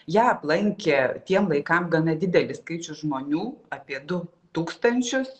ją aplankė tiem laikam gana didelis skaičius žmonių apie du tūkstančius